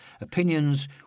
opinions